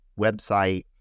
website